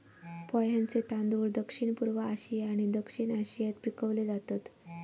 पोह्यांचे तांदूळ दक्षिणपूर्व आशिया आणि दक्षिण आशियात पिकवले जातत